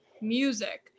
music